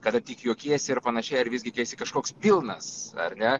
kada tik juokiesi ir panašiai ar visgi kai esi kažkoks pilnas ar ne